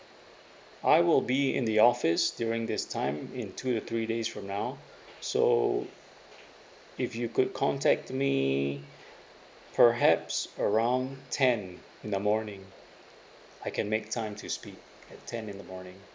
I will be in the office during this time in two to three days from now so if you could contact me perhaps around ten in the morning I can make time to speak at ten in the morning